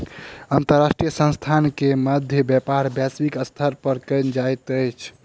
अंतर्राष्ट्रीय संस्थान के मध्य व्यापार वैश्विक स्तर पर कयल जाइत अछि